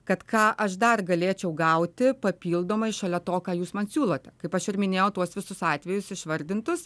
kad ką aš dar galėčiau gauti papildomai šalia to ką jūs man siūlote kaip aš ir minėjau tuos visus atvejus išvardintus